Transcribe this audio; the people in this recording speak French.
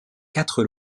quatre